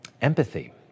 Empathy